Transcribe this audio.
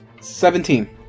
Seventeen